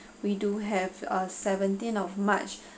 we do have a seventeenth of march